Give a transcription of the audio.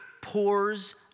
pours